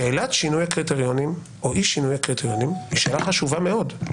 שאלת שינוי הקריטריונים היא שאלה חשובה מאוד,